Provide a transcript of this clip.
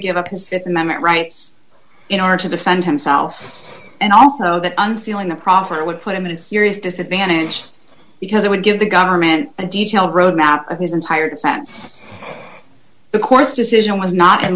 give up his th amendment rights in order to defend himself and also the unsealing the proffer would put him in serious disadvantage because it would give the government a detailed road map of his entire defense the court's decision was not in